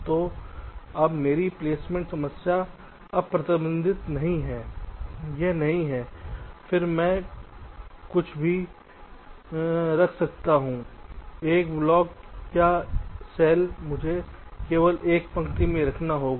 तो अब मेरी प्लेसमेंट समस्या अप्रतिबंधित नहीं है यह नहीं है कि मैं कहीं भी कुछ भी रख सकता हूं एक ब्लॉक या सेल मुझे केवल एक पंक्ति में रखना होगा